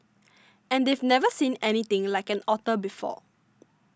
and they've never seen anything like an otter before